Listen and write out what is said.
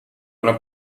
una